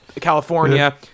California